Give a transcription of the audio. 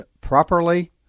properly